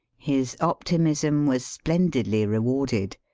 his optimism was splendidly rewarded.